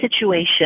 situation